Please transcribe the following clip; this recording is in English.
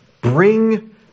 bring